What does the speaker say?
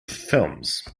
films